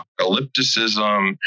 apocalypticism